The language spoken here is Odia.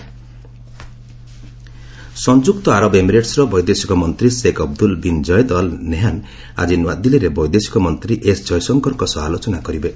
ୟୁଏଇ ଫରେନ୍ ମିନିଷ୍ଟର ସଂଯୁକ୍ତ ଆରବ ଏମିରେଟ୍ସ୍ର ବିଦେଶିକ ମନ୍ତ୍ରୀ Sheikh Abdullah bin Zayed Al Nahyan ଆଜି ନୂଆଦିଲ୍ଲୀରେ ବୈଦେଶିକ ମନ୍ତ୍ରୀ ଏସ୍ ଜୟଶଙ୍କରଙ୍କ ସହ ଆଲୋଚନା କରିବେ